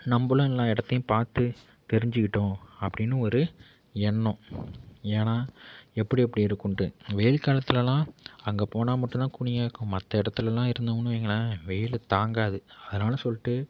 நம்பளும் எல்லா இடத்தையும் பார்த்து தெரிஞ்சிக்கிட்டோம் அப்படினு ஒரு எண்ணம் ஏன்னால் எப்படி எப்படி இருக்குன்ட்டு வெயில் காலத்திலெலாம் அங்கே போனால் மட்டும்தான் கூலிங்காயிருக்கும் மற்ற இடத்துலலாம் இருந்தோம்னு வையுங்களேன் வெயில் தாங்காது அதனால சொல்லிட்டு